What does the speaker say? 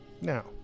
now